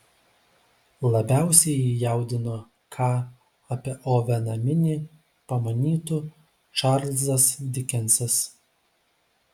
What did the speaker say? labiausiai jį jaudino ką apie oveną minį pamanytų čarlzas dikensas